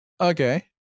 Okay